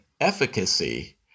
efficacy